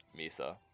Misa